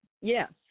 Yes